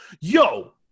Yo